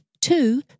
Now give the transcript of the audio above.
two